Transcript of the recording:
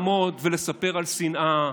אתה יכול לעמוד ולספר על שנאה,